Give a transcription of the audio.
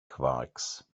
quarks